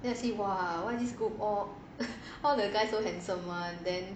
then I see !wah! why this group oh all the guy so handsome [one] then